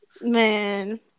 Man